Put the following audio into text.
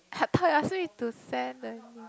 I thought you ask me to send only